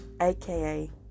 aka